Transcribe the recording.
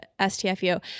STFU